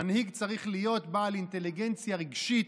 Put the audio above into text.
מנהיג צריך להיות בעל אינטליגנציה רגשית,